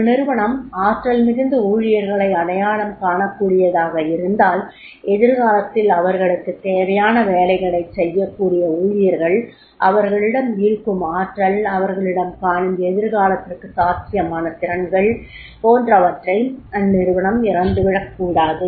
ஒரு நிறுவனம் ஆற்றல் மிகுந்த ஊழியர்களை அடையாளம் காணக்கூடியதாக இருந்தால் எதிர்காலத்தில் அவர்களுக்குத் தேவையானவேலைகளை செய்யக்கூடிய ஊழியர்கள் அவர்களிடம் இருக்கும் ஆற்றல் அவரிகளிடம் காணும் எதிர்காலத்திற்கு சாத்தியமான திறன்கள் போன்றவற்றை அந்நிறுவனம் இழந்துவிடக்கூடாது